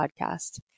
podcast